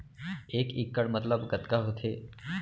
एक इक्कड़ मतलब कतका होथे?